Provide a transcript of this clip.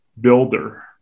builder